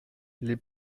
les